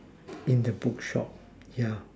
in the book shop yeah